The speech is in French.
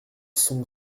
sont